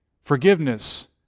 forgiveness